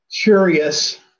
curious